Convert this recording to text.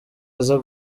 aza